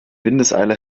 windeseile